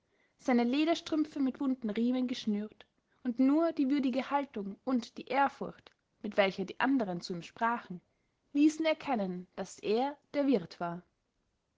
seine lederstrümpfe mit bunten riemen geschnürt und nur die würdige haltung und die ehrfurcht mit welcher die anderen zu ihm sprachen ließen erkennen daß er der wirt war